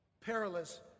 perilous